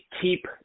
keep